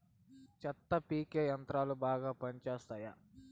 చెత్త పీకే యంత్రాలు బాగా పనిచేస్తాయా?